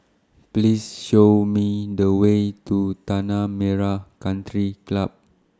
Please Show Me The Way to Tanah Merah Country Club